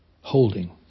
holding